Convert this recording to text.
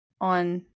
on